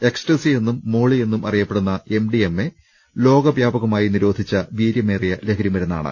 ecstasy എന്നും molly എന്നും അറിയപ്പെടുന്ന എംഡിഎംഎ ലോകവ്യാപകമായി നിരോധിച്ച വീര്യമേറിയ ലഹരിമരുന്നാണ്